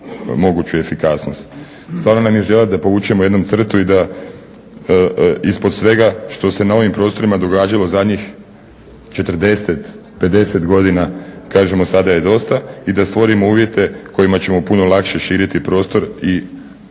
moguću efikasnost. Stvarno nam je želja da povučemo jednom crtu i da ispod svega što se na ovim prostorima događalo zadnjih 40-50 godina kažemo sada je dosta i da stvorimo uvjete kojima ćemo puno lakše širiti prostor i